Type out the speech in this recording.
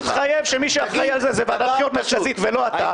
תתחייב שמי שיהיה אחראי על זה זו ועדת הבחירות המרכזית ולא אתה.